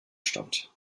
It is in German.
stammt